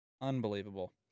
unbelievable